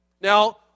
Now